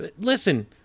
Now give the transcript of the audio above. listen